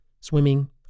Swimming